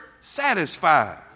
Satisfied